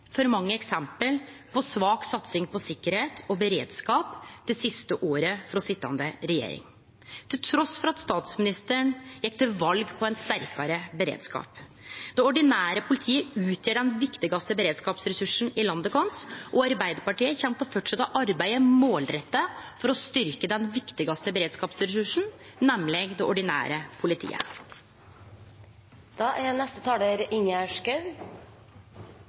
for mange eksempel på svak satsing på sikkerheit og beredskap det siste året frå den sitjande regjeringa, trass i at statsministeren gjekk til val på ein sterkare beredskap. Det ordinære politiet utgjer den viktigaste beredskapsressursen i landet vårt. Arbeidarpartiet kjem til å fortsetje å arbeide målretta for å styrkje den viktigaste beredskapsressursen, nemleg det ordinære